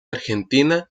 argentina